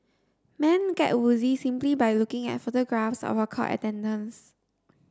men get woozy simply by looking at photographs of her court attendance